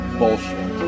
bullshit